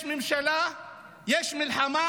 יש מלחמה,